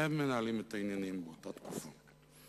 הם מנהלים את העניינים באותה תקופה.